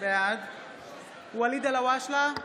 בעד ואליד אלהואשלה,